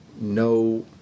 no